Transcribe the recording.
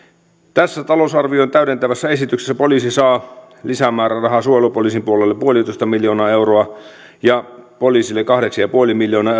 tässä talousarvion täydentävässä esityksessä poliisi saa lisämäärärahaa suojelupoliisin puolelle yksi pilkku viisi miljoonaa euroa ja poliisille kahdeksan pilkku viisi miljoonaa